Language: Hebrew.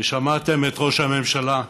ושמעתם את ראש הממשלה.